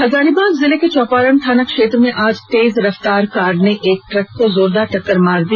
हजारीबाग जिले के चौपारण थाना क्षेत्र में आज तेज रफ्तार कार ने एक ट्रक को जोरदार टक्कर मार दी